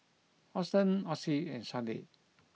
Austen Ossie and Sharde